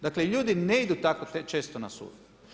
Dakle, ljudi ne idu tako često na sud.